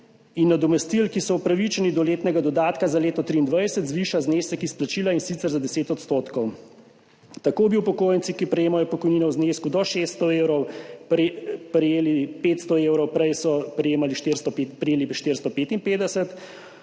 in nadomestil, ki so upravičeni do letnega dodatka za leto 2023, zviša znesek izplačila, in sicer za 10 %. Tako bi upokojenci, ki prejemajo pokojnino v znesku do 600 evrov, prejeli 500 evrov, prej so prejeli 455.